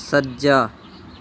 ਸੱਜਾ